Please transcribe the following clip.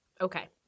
Okay